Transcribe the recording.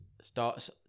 starts